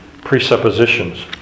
presuppositions